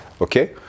Okay